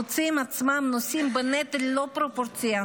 מוצאים את עצמם נושאים בנטל לא פרופורציונלי,